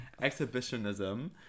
exhibitionism